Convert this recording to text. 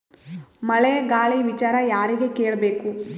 ಮಳೆ ಗಾಳಿ ವಿಚಾರ ಯಾರಿಗೆ ಕೇಳ್ ಬೇಕು?